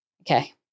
Okay